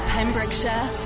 Pembrokeshire